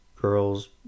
girls